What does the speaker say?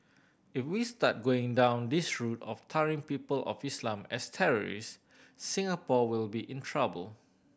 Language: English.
if we start going down this route of tarring people of Islam as terrorists Singapore will be in trouble